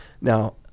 Now